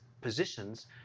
positions